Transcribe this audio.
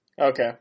Okay